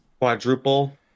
quadruple